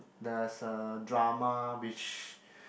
there's a drama which